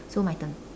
so my turn